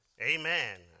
Amen